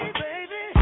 baby